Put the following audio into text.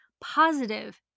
positive